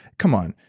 come on,